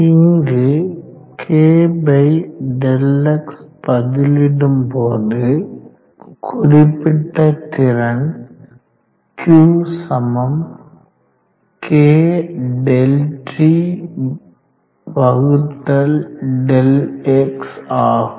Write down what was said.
இங்கு k Δx பதிலிடும்போது குறிப்பிட்ட திறன் q சமம் k ΔTΔx ஆகும்